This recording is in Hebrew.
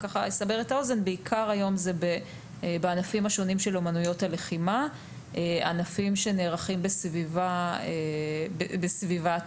אלה בעיקר ענפים שונים של אומנויות לחימה; ענפים שנערכים בסביבה ימית,